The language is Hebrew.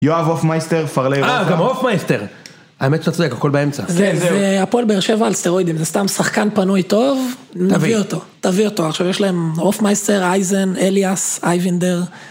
יואב אוף מייסטר, פארלי וואטה. אה, גם אוף מייסטר. האמת שאתה צודק, הכל באמצע. זה הפועל באר שבע על סטרואידים, זה סתם שחקן פנוי טוב. תביא אותו, תביא אותו. עכשיו יש להם אוף מייסטר, אייזן, אליאס, אייבינדר.